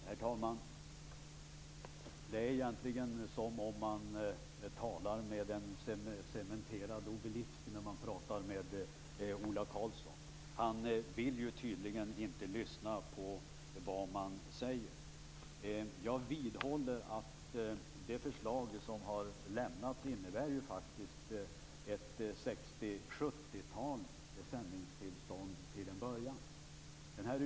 Herr talman! Det är egentligen som om man talar med en cementerad obelisk när man talar med Ola Karlson. Han vill tydligen inte lyssna på vad man säger. Jag vidhåller att det förslag som har lämnats till en början innebär ett sextiotal, sjuttiotal sändningstillstånd.